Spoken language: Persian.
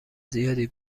زیادی